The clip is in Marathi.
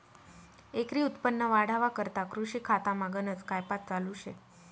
एकरी उत्पन्न वाढावा करता कृषी खातामा गनज कायपात चालू शे